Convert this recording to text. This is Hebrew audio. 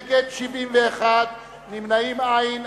נגד, 71, נמנעים, אין.